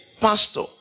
Pastor